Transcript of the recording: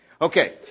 Okay